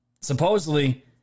supposedly